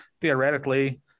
theoretically